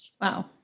wow